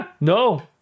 No